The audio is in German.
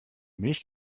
milch